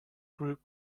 group